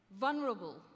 vulnerable